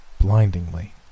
blindingly